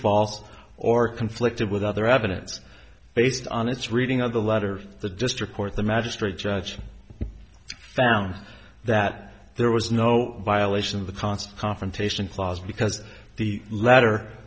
false or conflicted with other evidence based on its reading of the letter the district court the magistrate judge found that there was no violation of the const confrontation clause because the latter